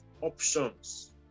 options